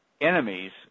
enemies